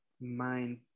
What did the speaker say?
Mind